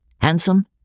handsome